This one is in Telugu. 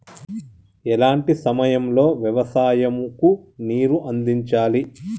ఎలాంటి సమయం లో వ్యవసాయము కు నీరు అందించాలి?